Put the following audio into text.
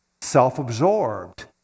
self-absorbed